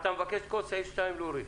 אתה מבקש כל סעיף 2 להוריד.